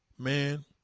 Man